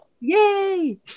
Yay